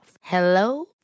Hello